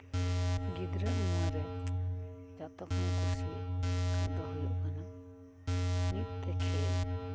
ᱜᱤᱫᱽᱨᱟᱹ ᱩᱢᱟᱹᱨ ᱨᱮ ᱡᱚᱛᱚᱠᱷᱚᱱ ᱠᱩᱥᱤ ᱠᱚᱫᱚ ᱦᱩᱭᱩᱜ ᱠᱟᱱᱟ ᱢᱤᱫᱛᱮ ᱠᱷᱮᱞ